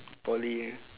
poly